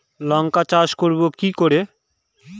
লঙ্কা চাষ করব কি করে?